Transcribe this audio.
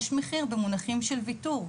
יש מחיר במונחים של ויתור.